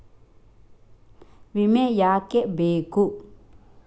ವಿಮೆ ಯಾಕೆ ಬೇಕು?